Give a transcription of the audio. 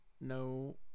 No